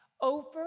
Over